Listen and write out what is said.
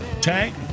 tank